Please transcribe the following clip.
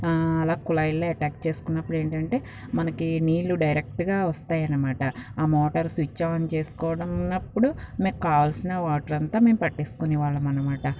అలా కులాయిల అటాచ్ చేసుకున్నప్పుడు ఏంటంటే మనకి నీళ్ళు డైరెక్ట్గా వస్తాయన్నమాట ఆ మోటార్ స్విచ్ ఆన్ చేసుకోవడం అన్నప్పుడు మనకి కావాల్సిన వాటర్ అంతా మేము పట్టేసుకునేవాళ్ళం అన్నమాట